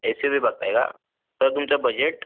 S U V बघत आहे का सर तुमचं बजेट